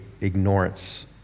ignorance